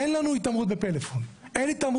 אין לנו התעמרות בפלאפון, הוא אומר.